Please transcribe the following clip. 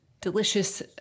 delicious